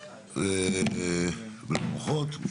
ולאורחות.